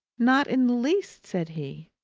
not in the least, said he.